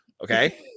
Okay